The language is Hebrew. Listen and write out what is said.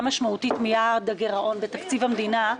משמעותית מיעד הגירעון בתקציב המדינה,